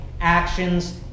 actions